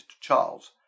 Charles